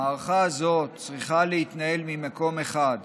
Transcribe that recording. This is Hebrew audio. המערכה הזאת צריכה להתנהל ממקום אחד,